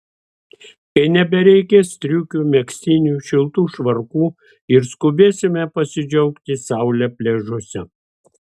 kai nebereikės striukių megztinių šiltų švarkų ir skubėsime pasidžiaugti saule pliažuose